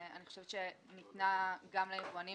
אני חושבת שניתנו גם ליבואנים,